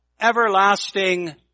everlasting